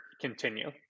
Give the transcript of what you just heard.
continue